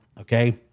Okay